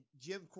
Jim